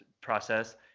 process